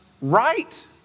right